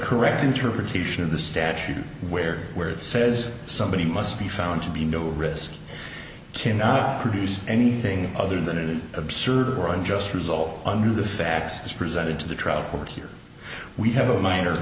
correct interpretation of the statute where where it says somebody must be found to be no risk cannot produce anything other than an absurd one just result under the facts presented to the trial court here we have a minor